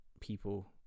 people